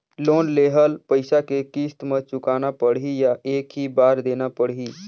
Loan लेहल पइसा के किस्त म चुकाना पढ़ही या एक ही बार देना पढ़ही?